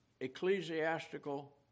ecclesiastical